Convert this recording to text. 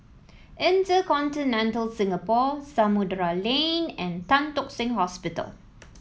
InterContinental Singapore Samudera Lane and Tan Tock Seng Hospital